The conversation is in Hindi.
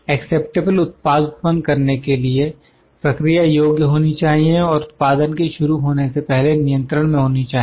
एक्सेप्टेबल उत्पाद उत्पन्न करने के लिए प्रक्रिया योग्य होनी चाहिए और उत्पादन के शुरू होने से पहले नियंत्रण में होनी चाहिए